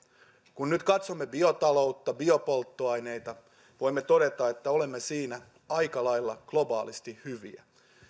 kun nyt katsomme biotaloutta biopolttoaineita voimme todeta että olemme siinä aika lailla globaalisti hyviä